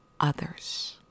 others